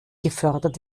gefördert